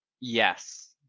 Yes